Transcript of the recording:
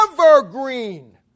evergreen